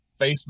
Facebook